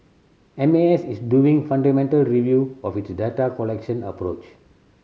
M A S is doing fundamental review of its data collection approach